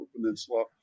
Peninsula